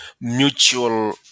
mutual